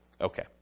Okay